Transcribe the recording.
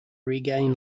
regain